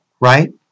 right